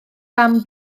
fam